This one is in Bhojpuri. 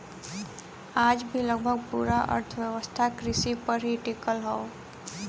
आज भी लगभग पूरा अर्थव्यवस्था कृषि पर ही टिकल हव